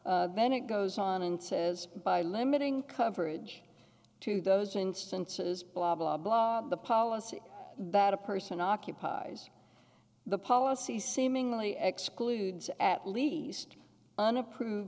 then it goes on and says by limiting coverage to those instances blah blah blah the policy that a person occupies the policy seemingly excludes at least unapproved